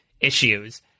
issues